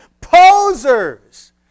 Posers